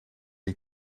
die